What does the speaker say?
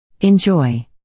Enjoy